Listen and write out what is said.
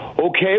Okay